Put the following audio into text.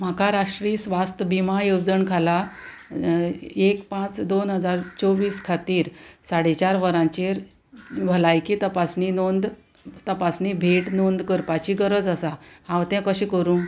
म्हाका राष्ट्रीय स्वास्थ बिमा येवजण खाला एक पांच दोन हजार चोवीस खातीर साडे चार वरांचेर भलायकी तपासणी नोंद तपासणी भेट नोंद करपाची गरज आसा हांव तें कशें करूं